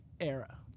era